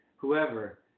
whoever